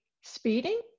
speeding